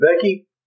Becky